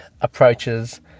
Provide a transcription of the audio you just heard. approaches